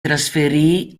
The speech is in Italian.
trasferì